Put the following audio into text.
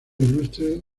ilustre